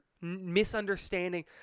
misunderstanding